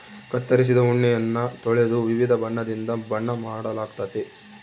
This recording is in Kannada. ಕತ್ತರಿಸಿದ ಉಣ್ಣೆಯನ್ನ ತೊಳೆದು ವಿವಿಧ ಬಣ್ಣದಿಂದ ಬಣ್ಣ ಮಾಡಲಾಗ್ತತೆ